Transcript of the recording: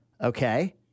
Okay